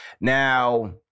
Now